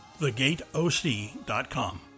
thegateoc.com